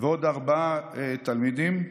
ועוד ארבעה תלמידים.